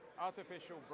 artificial